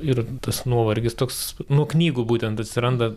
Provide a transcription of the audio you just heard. ir tas nuovargis toks nuo knygų būtent atsiranda